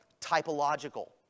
typological